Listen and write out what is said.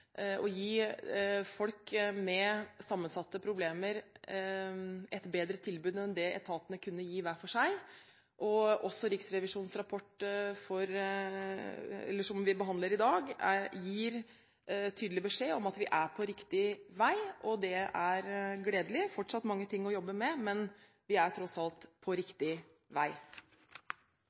sammensatte problemer et bedre tilbud enn det etatene kunne gi hver for seg, og også Riksrevisjonens rapport, som vi behandler i dag, gir tydelig beskjed om at vi er på riktig vei. Det er gledelig. Det er fortsatt mange ting å jobbe med, men vi er tross alt på riktig vei.